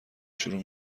شروع